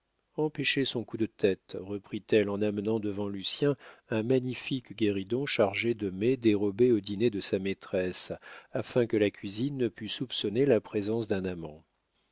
empêchez son coup de tête reprit-elle en amenant devant lucien un magnifique guéridon chargé de mets dérobés au dîner de sa maîtresse afin que la cuisinière ne pût soupçonner la présence d'un amant